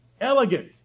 elegant